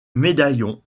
médaillons